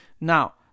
Now